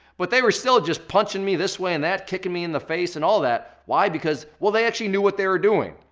but they were still just punching me this way and that, kicking me in the face and all that, why? because, well they actually knew what they were doing.